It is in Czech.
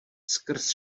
skrz